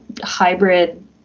hybrid